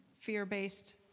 fear-based